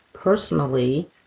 personally